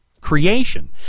Creation